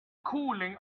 cooling